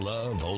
Love